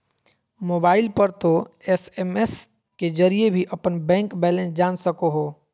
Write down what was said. mobile पर तों SMS के जरिए भी अपन बैंक बैलेंस जान सको हो